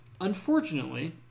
Unfortunately